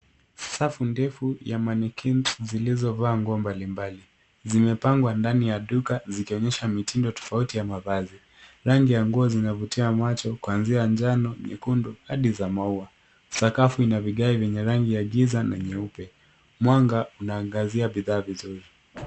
Safu ndefu ya mannequinns zilizovaa nguo mbalimbali. Zimepangwa ndani ya duka zikionyesha mitindo tofauti ya mavazi. Rangi ya nguo zinavutia macho kuanzia njano, nyekundu hadi za maua. Sakafu ina vigae vyenye rangi ya giza na nyeupe. Mwanga unaangazia bidhaa vizuri.